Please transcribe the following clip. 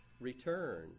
return